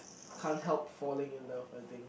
can't help falling in love I think